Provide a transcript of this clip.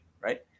right